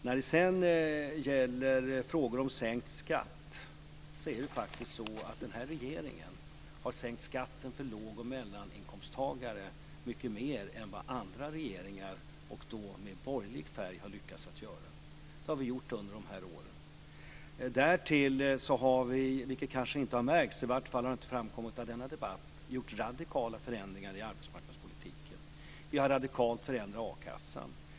När det sedan gäller frågor om sänkt skatt så har den här regeringen faktiskt sänkt skatten för låg och mellaninkomsttagare mycket mer än vad andra regeringar med borgerlig färg har lyckats göra. Det har vi gjort under dessa år. Därtill har vi, vilket kanske inte har märkts, i varje fall har det inte framkommit i denna debatt, gjort radikala förändringar i arbetsmarknadspolitiken. Vi har radikalt förändrat a-kassan.